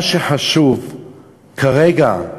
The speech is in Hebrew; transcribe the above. מה שחשוב כרגע,